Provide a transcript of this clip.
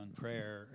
prayer